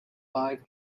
five